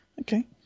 Okay